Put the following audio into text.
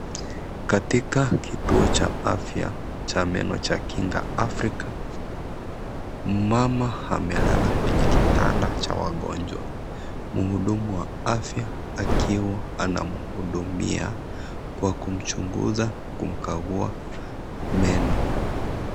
Katika kituo cha afya cha meno cha kinga Afrika, mmama amelala kwenye kitanda cha wagonnwa mhudumu wa afya akiwa anamhudumia kwa kumchunguza kumkagua meno.